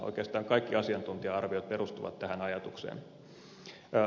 oikeastaan kaikki asiantuntija arviot perustuvat tähän ajatukseen